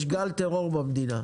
יש גל טרור במדינה,